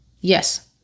Yes